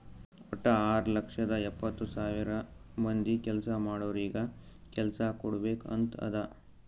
ವಟ್ಟ ಆರ್ ಲಕ್ಷದ ಎಪ್ಪತ್ತ್ ಸಾವಿರ ಮಂದಿ ಕೆಲ್ಸಾ ಮಾಡೋರಿಗ ಕೆಲ್ಸಾ ಕುಡ್ಬೇಕ್ ಅಂತ್ ಅದಾ